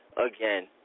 again